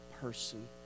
person